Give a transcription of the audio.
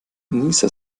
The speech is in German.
nieser